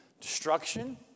destruction